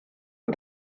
und